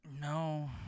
no